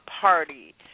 party